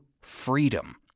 freedom